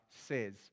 says